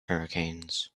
hurricanes